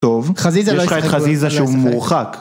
טוב, יש לך את חזיזה שהוא מורחק